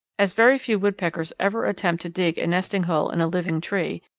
as very few woodpeckers ever attempt to dig a nesting hole in a living tree,